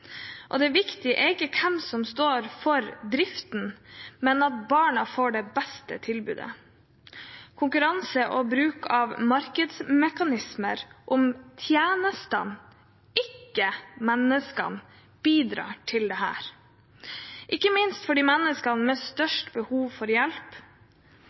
fleksibilitet. Det viktige er ikke hvem som står for driften, men at barna får det beste tilbudet. Konkurranse og bruk av markedsmekanismer om tjenestene, ikke om menneskene, bidrar til dette – ikke minst for de menneskene med størst behov for hjelp.